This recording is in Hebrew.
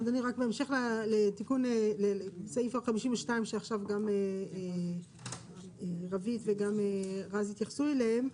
אז אני רק אמשיך לתיקון סעיף 52 שעכשיו גם רוית וגם רז התייחסו אליהם,